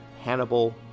Hannibal